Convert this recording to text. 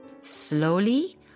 Slowly